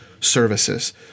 services